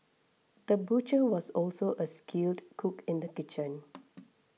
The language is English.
the butcher was also a skilled cook in the kitchen